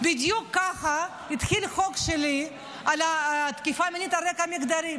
בדיוק ככה התחיל החוק שלי על תקיפה מינית על רקע מגדרי,